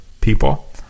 people